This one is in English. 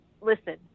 Listen